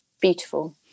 beautiful